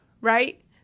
right